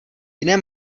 jiné